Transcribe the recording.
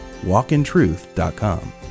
walkintruth.com